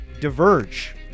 diverge